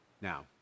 now